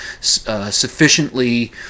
sufficiently